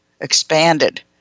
expanded